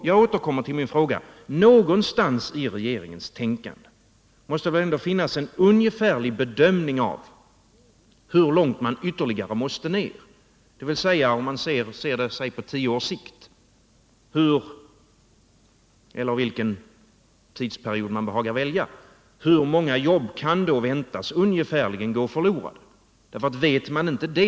Jag återkommer till min fråga: Någonstans i regeringens tänkande måste det väl finnas en ungefärlig bedömning av hur långt man ytterligare måste ner, dvs. om man ser det på tio års sikt eller vilken tidsperiod man behagar välja. Hur många jobb kan väntas ungefärligen gå förlorade?